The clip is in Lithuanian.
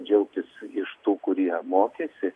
džiaugtis iš tų kurie mokėsi